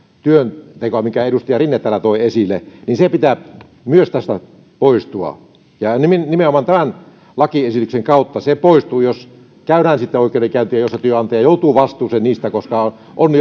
työntekoa minkä edustaja rinne täällä toi esille sen pitää myös tästä poistua ja nimenomaan tämän lakiesityksen kautta se poistuu jos käydään sitten oikeudenkäyntejä joissa työnantaja joutuu vastuuseen niistä koska on